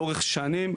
לאורך שנים.